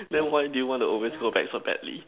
then why do you want to always go back so badly